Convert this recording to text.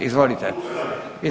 Izvolite.